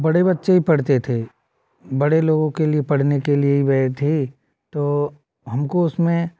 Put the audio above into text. बड़े बच्चे ही पढ़ते थे बड़े लोगों के लिए पढ़ने के लिए ही वह थी तो हमको उसमें